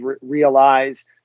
realize